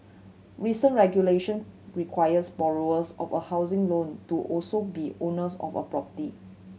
recent regulation requires borrowers of a housing loan to also be owners of a property